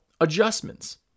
adjustments